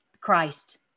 Christ